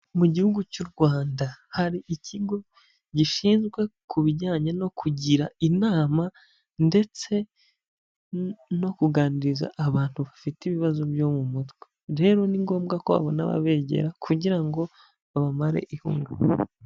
Mu gihugu cy'u Rwanda hari ikigo gishinzwe ku bijyanye no kugira inama ndetse no kuganiriza abantu bafite ibibazo byo mu mutwe, rero ni ngombwa ko babona ababegera kugira ngo babamare ihungabana.